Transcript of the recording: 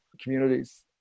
communities